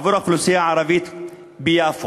עבור האוכלוסייה הערבית ביפו.